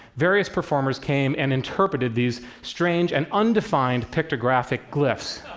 various performers came and interpreted these strange and undefined pictographic glyphs.